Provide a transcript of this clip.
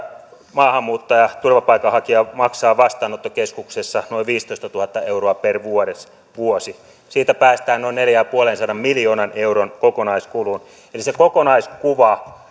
maahanmuuttaja turvapaikanhakija maksaa vastaanottokeskuksessa noin viisitoistatuhatta euroa per vuosi siitä päästään noin neljänsadanviidenkymmenen miljoonan euron kokonaiskuluun se kokonaiskuva